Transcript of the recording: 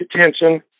attention